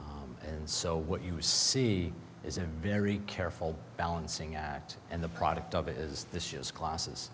and so what you see is a very careful balancing act and the product of it is this year's classes